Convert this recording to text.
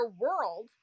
world